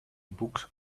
books